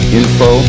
info